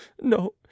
no